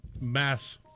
mass